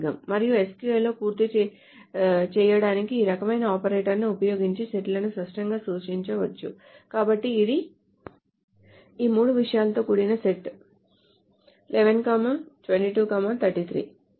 మరియు SQL లో పూర్తి చేయడానికి ఈ రకమైన ఆపరేటర్ని ఉపయోగించి సెట్లను స్పష్టంగా సూచించ వచ్చు కాబట్టి ఇది ఈ మూడు విషయాలతో కూడిన సెట్ 11 22 33